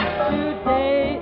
today